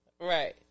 right